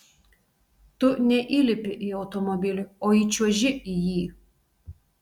tu neįlipi į automobilį o įčiuoži į jį